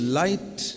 light